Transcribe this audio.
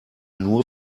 nur